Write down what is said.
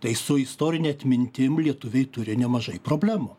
tai su istorine atmintim lietuviai turi nemažai problemų